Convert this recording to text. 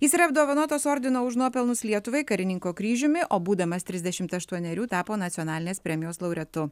jis yra apdovanotas ordino už nuopelnus lietuvai karininko kryžiumi o būdamas trisdešimt aštuonerių tapo nacionalinės premijos laureatu